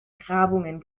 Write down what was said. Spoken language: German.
grabungen